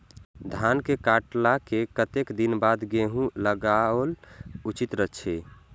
धान के काटला के कतेक दिन बाद गैहूं लागाओल उचित छे?